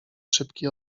szybki